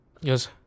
yes